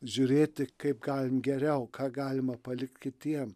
žiūrėti kaip galim geriau ką galima palikti kitiem